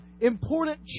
important